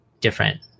different